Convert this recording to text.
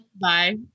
Bye